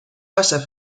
wasser